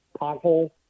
Pothole